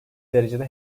derecede